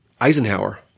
Eisenhower